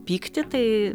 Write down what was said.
pyktį tai